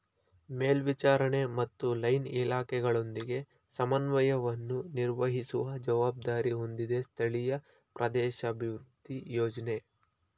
ಮೇಲ್ವಿಚಾರಣೆ ಮತ್ತು ಲೈನ್ ಇಲಾಖೆಗಳೊಂದಿಗೆ ಸಮನ್ವಯವನ್ನು ನಿರ್ವಹಿಸುವ ಜವಾಬ್ದಾರಿ ಹೊಂದಿದೆ ಸ್ಥಳೀಯ ಪ್ರದೇಶಾಭಿವೃದ್ಧಿ ಯೋಜ್ನ